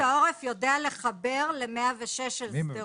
פיקוד העורף יודע לחבר ל-106 של שדרות.